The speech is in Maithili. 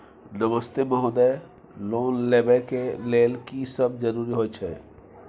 नमस्ते महोदय, लोन लेबै के लेल की सब जरुरी होय छै?